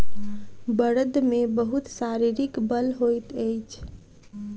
बड़द मे बहुत शारीरिक बल होइत अछि